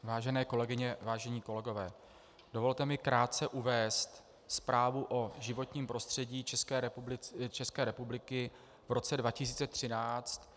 Vážené kolegyně, vážení kolegové, dovolte mi krátce uvést Zprávu o životním prostředí České republiky v roce 2013.